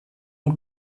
und